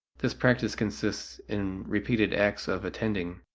this practice consists in repeated acts of attending,